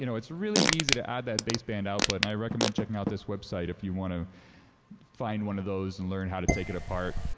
you know it's really easy to add that base band output. and i recommend checking out that website if you want to find one of those and learn how to take it apart,